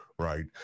Right